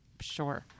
Sure